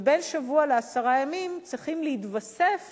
ובין שבוע לעשרה ימים צריכים להתווסף